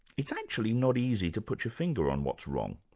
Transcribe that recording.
it's actually not easy to put your finger on what's wrong.